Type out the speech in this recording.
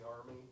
army